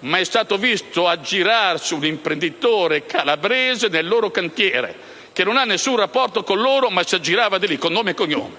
ma è stato visto aggirarsi un imprenditore calabrese nel loro cantiere. Non ha nessun rapporto con loro, ma si aggirava lì, con nome e cognome.